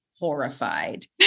horrified